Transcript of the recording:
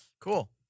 Cool